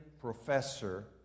professor